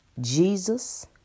Jesus